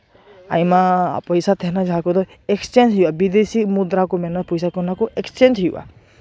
ᱟᱭᱢᱟ ᱯᱚᱭᱥᱟ ᱛᱟᱦᱮᱱᱟ ᱡᱟᱦᱟᱸ ᱠᱚᱫᱚ ᱮᱠᱥᱪᱮᱧᱡᱽ ᱦᱩᱭᱩᱜᱼᱟ ᱵᱤᱫᱮᱥᱤ ᱢᱩᱫᱨᱟ ᱠᱚ ᱢᱮᱱᱟ ᱚᱱᱟ ᱯᱚᱭᱥᱟ ᱠᱚ ᱚᱱᱟ ᱠᱚ ᱮᱠᱥᱪᱮᱧᱡᱽ ᱦᱩᱭᱩᱜᱼᱟ